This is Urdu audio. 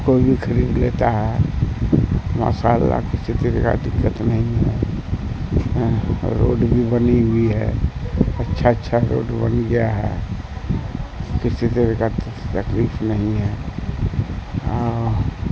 کوئی بھی خرید لیتا ہے مصالحہ کسی طرح کا دقت نہیں ہے روڈ بھی بنی ہوئی ہے اچھا اچھا روڈ بن گیا ہے کسی طرح کا تکلیف نہیں ہے اور